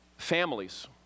Families